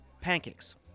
Pancakes